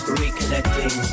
reconnecting